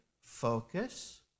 focus